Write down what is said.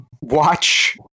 watch